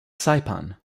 saipan